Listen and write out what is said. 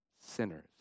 sinners